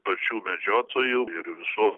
pačių medžiotojų ir visų